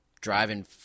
Driving